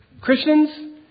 Christians